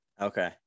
Okay